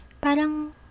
parang